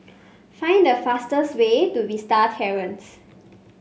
find the fastest way to Vista Terrace